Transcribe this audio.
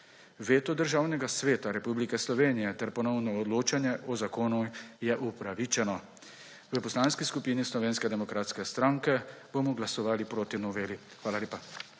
Veto Državnega sveta Republike Slovenije ter ponovno odločanje o zakonu je upravičeno. V Poslanski skupini Slovenske demokratske stranke bomo glasovali proti noveli. Hvala lepa.